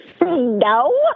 No